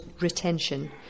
retention